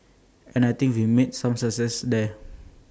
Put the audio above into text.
and I think we've made some success there